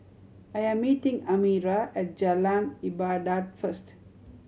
I am meeting Amira at Jalan Ibadat first